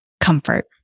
comfort